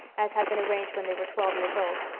as had been arranged when they were twelve years old,